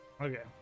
Okay